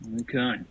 Okay